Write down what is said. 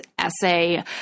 essay